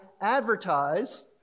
advertise